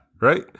Right